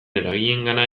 eragileengana